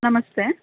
ನಮಸ್ತೆ